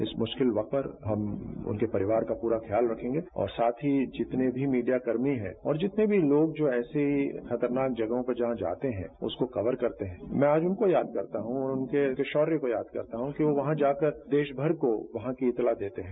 इस मुश्किल वक्त पर हम उनके परिवार का पूरा ख्याल रखेंगे और साथ ही जितने भी मीडियाकर्मी हैं और जितने भी लोग जो ऐसी खतरनाक जगहों पे जहां जाते हैं उसको कवर करते हैं मैं आज उनको याद करता हूं और उनके शौर्य को याद करता हूं कि वो वहां जाकर देशभर को वहां की इतला देते हैं